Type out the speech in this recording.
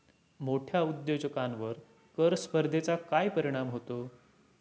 मोठ्या उद्योजकांवर कर स्पर्धेचा काय परिणाम होतो?